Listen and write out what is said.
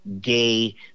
gay